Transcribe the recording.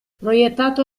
proiettato